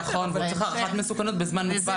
נכון, אבל הוא צריך הערכת מסוכנות בזמן מוגבל.